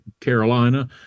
Carolina